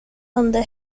under